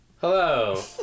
Hello